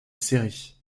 série